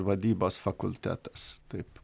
vadybos fakultetas taip